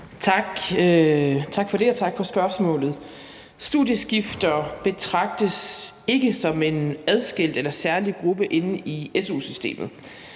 Tak for det, og tak for spørgsmålet. Studieskiftere betragtes ikke som en adskilt eller særlig gruppe i su-systemet.